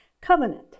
covenant